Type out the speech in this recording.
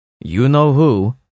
you-know-who